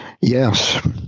Yes